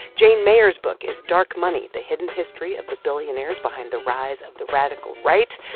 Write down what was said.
jane mayer's book is dark money the hidden history of the billionaires behind the rise of the radical right.